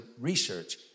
research